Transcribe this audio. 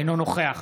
אינו נוכח